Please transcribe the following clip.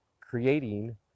creating